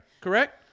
Correct